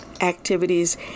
activities